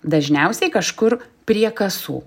dažniausiai kažkur prie kasų